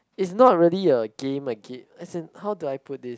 is not really a game like kid is it how do I put this